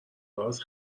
گاز